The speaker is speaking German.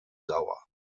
sauer